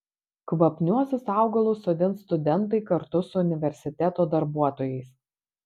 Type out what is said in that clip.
kvapniuosius augalus sodins studentai kartu su universiteto darbuotojais